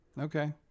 Okay